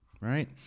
right